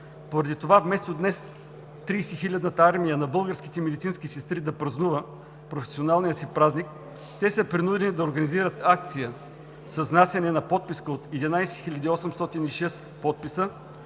Поради това вместо днес 30-хилядната армия на българските медицински сестри да празнува професионалния си празник, те са принудени да организират акция с внасяне на подписка от 11 хил. 806 подписа